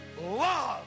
love